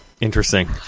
Interesting